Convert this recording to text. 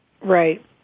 Right